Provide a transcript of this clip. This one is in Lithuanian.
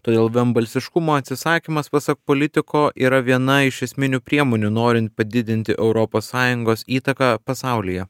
todėl vienbalsiškumo atsisakymas pasak politiko yra viena iš esminių priemonių norint padidinti europos sąjungos įtaką pasaulyje